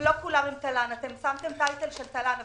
לא כולם תל"ן למרות הכותרת של הדיון.